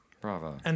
Bravo